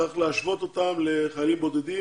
צריך להשוות אותן לחיילים בודדים